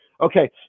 Okay